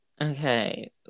Okay